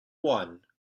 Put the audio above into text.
one